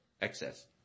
excess